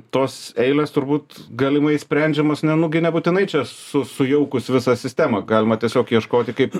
tos eilės turbūt galimai išsprendžiamos ne nu gi nebūtinai čia su sujaukus visą sistemą galima tiesiog ieškoti kaip